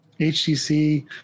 HTC